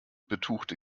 betuchte